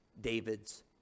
David's